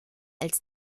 als